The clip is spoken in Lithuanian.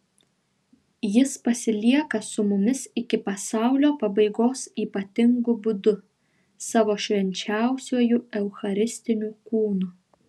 jis pasilieka su mumis iki pasaulio pabaigos ypatingu būdu savo švenčiausiuoju eucharistiniu kūnu